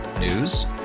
News